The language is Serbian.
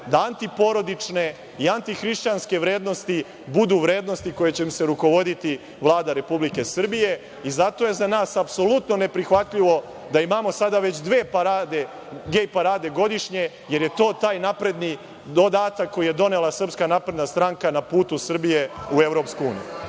da antiporodične i antihrišćanske vrednosti budu vrednosti kojima će se rukovoditi Vlada Republike Srbije i zato je za nas apsolutno neprihvatljivo da imamo, sada već, dve gej parade godišnje, jer je to taj napredni dodatak koji je donela SNS na putu Srbije u EU.Umesto da